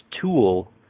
tool